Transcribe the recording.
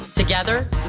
Together